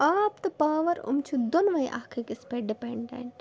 آب تہٕ پاور یِم چھِ دۄنوَے اَکھ أکِس پٮ۪ٹھ ڈِپٮ۪نڈٮ۪نٛٹ